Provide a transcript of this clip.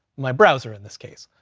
my browser in this case.